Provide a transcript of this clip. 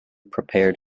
prepared